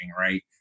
right